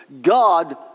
God